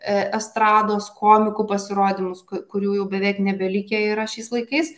estrados komikų pasirodymus ku kurių beveik nebelikę yra šiais laikais